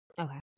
Okay